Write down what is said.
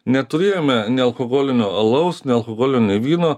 neturėjome nealkoholinio alaus nealkoholinio vyno